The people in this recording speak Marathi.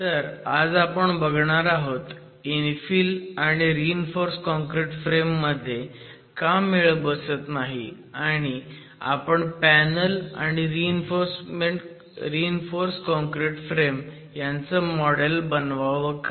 तर आज आपण बघणार आहोत इन्फिल आणि रीइन्फोर्स काँक्रीट फ्रेम मध्ये का मेळ बसत नाही आणि आपण पॅनल आणि रीइन्फोर्स काँक्रिट फ्रेम यांचं मॉडेल बनवावं का